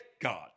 God